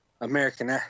American